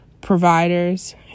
providers